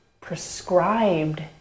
prescribed